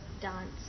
dance